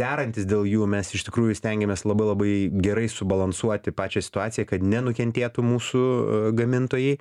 derantis dėl jų mes iš tikrųjų stengiamės labai labai gerai subalansuoti pačią situaciją kad nenukentėtų mūsų gamintojai